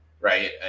right